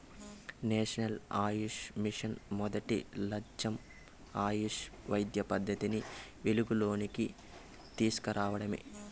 national Ayush mission మొదటి లచ్చెం ఆయుష్ వైద్య పద్దతిని వెలుగులోనికి తీస్కు రావడమే